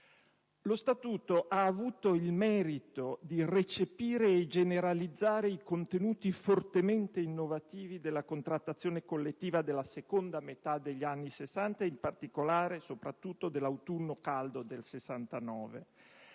Lo Statuto ha avuto il merito di recepire e generalizzare i contenuti fortemente innovativi della contrattazione collettiva della seconda metà degli anni '60 e, in particolare, dell'autunno caldo del '69.